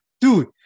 Dude